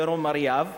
ירום אריאב,